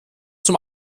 zum